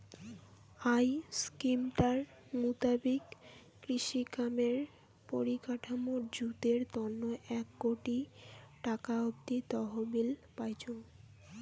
I স্কিমটার মুতাবিক কৃষিকামের পরিকাঠামর জুতের তন্ন এক কোটি টাকা অব্দি তহবিল পাইচুঙ